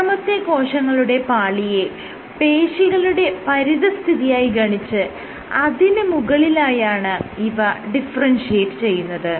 രണ്ടാമത്തെ കോശങ്ങളുടെ പാളിയെ പേശികളുടെ പരിതസ്ഥിതിയായി ഗണിച്ച് അതിന് മുകളിലായാണ് ഇവ ഡിഫറെൻഷിയേറ്റ് ചെയ്യുന്നത്